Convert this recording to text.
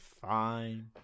fine